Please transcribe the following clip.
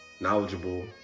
knowledgeable